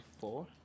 four